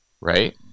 right